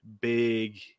big